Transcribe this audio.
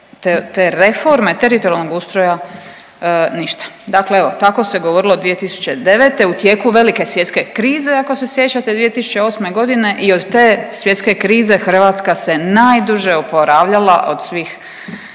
te reforme teritorijalnog ustroja ništa. Dakle, evo tako se govorilo 2009. u tijeku velike svjetske krize ako se sjećate 2008. i od te svjetske krize Hrvatska se najduže oporavljala od svih